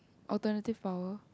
alternative power